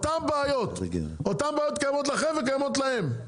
אותן בעיות קיימות לכם וקיימות להם.